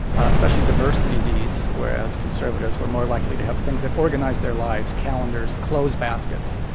especially diverse cds, whereas conservatives were more likely to have things that organized their lives calendars, clothes baskets.